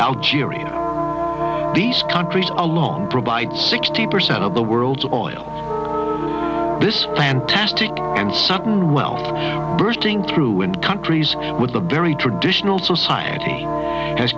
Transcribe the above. algeria these countries a lot provide sixty percent of the world's oil this fantastic and sudden wealth bursting through in countries with a very traditional society has